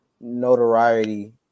notoriety